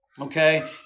okay